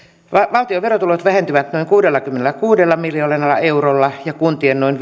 valtion verotulot vähentyvät noin kuudellakymmenelläkuudella miljoonalla eurolla ja kuntien noin